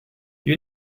you